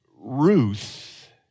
Ruth